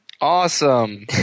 awesome